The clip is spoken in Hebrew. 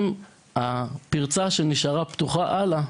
הפרצה שנשארה פתוחה הלאה,